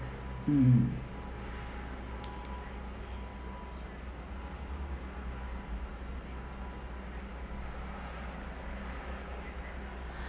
um